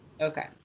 Okay